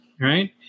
right